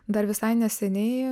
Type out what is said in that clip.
dar visai neseniai